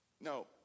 no